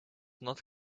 not